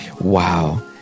wow